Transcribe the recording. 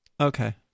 Okay